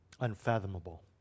unfathomable